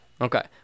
okay